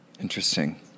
Interesting